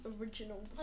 original